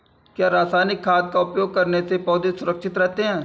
क्या रसायनिक खाद का उपयोग करने से पौधे सुरक्षित रहते हैं?